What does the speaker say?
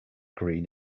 green